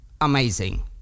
amazing